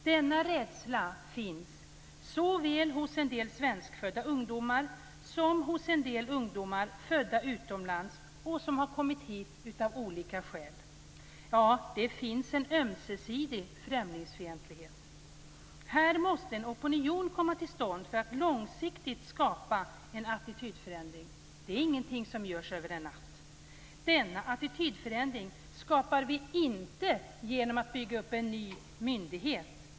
Denna rädsla finns såväl hos en del svenskfödda ungdomar som hos en del ungdomar som är födda utomlands och som kommit hit av olika skäl. Det finns en ömsesidig främlingsfientlighet. Här måste en opinion komma till stånd för att långsiktigt skapa en attitydförändring. Det är ingenting som görs över en natt. Denna attitydförändring skapar vi inte genom att bygga upp en ny myndighet.